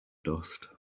dust